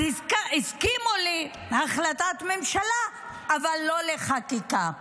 אז הסכימו להחלטת ממשלה אבל לא לחקיקה.